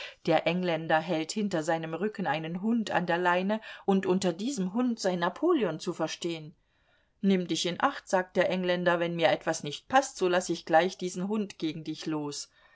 der engländer hält hinter seinem rücken einen hund an der leine und unter diesem hund sei napoleon zu verstehen nimm dich in acht sagt der engländer wenn mir etwas nicht paßt so laß ich gleich diesen hund gegen dich los